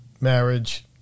marriage